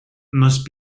must